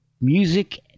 music